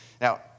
Now